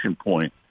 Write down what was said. point